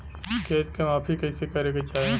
खेत के माफ़ी कईसे करें के चाही?